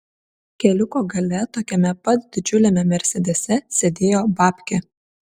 keliuko gale tokiame pat didžiuliame mersedese sėdėjo babkė